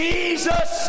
Jesus